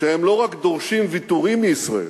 שהם לא רק דורשים ויתורים מישראל,